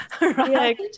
right